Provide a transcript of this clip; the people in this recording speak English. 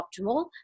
optimal